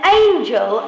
angel